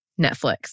Netflix